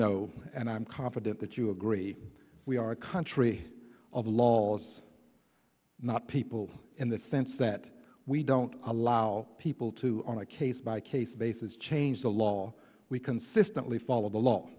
know and i'm confident that you agree we are a country of laws not people in the sense that we don't allow people to on a case by case basis change the law we consistently follow the law